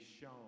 shown